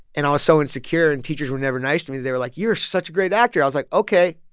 and i was so insecure and teachers were never nice to me, but they were like, you're such a great actor. i was like ok.